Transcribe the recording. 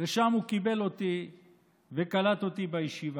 ושם הוא קיבל אותי וקלט אותי בישיבה.